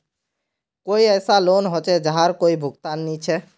कोई ऐसा लोन होचे जहार कोई भुगतान नी छे?